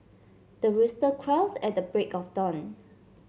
the rooster crows at the break of dawn